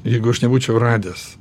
jeigu aš nebūčiau radęs